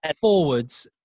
forwards